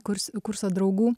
kurs kurso draugų